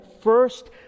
first